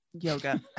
Yoga